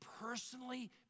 personally